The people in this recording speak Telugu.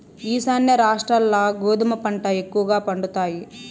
ఈశాన్య రాష్ట్రాల్ల గోధుమ పంట ఎక్కువగా పండుతాయి